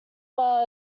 bar